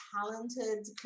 talented